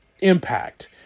Impact